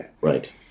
Right